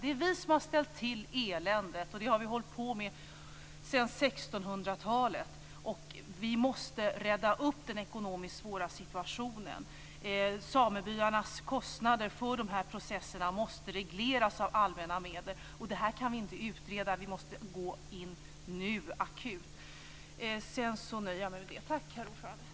Det är vi som har ställt till eländet, och det har vi hållit på med sedan 1600-talet. Vi måste rädda den ekonomiskt svåra situationen. Samebyarnas kostnader för dessa processer måste regleras med allmänna medel. Detta kan vi inte utreda. Vi måste gå in akut nu. Jag nöjer mig med det. Tack, herr talman!